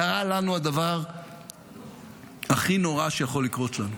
קרה לנו הדבר הכי נורא שיכול לקרות לנו.